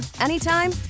anytime